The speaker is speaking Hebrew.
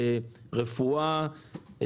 רפואה,